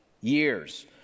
years